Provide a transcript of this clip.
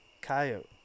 coyote